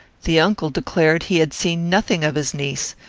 the uncle declared he had seen nothing of his niece,